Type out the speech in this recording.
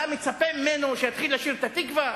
אתה מצפה ממנו שיתחיל לשיר את "התקווה"?